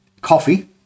coffee